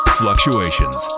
fluctuations